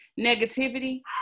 negativity